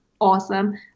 awesome